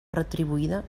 retribuïda